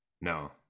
No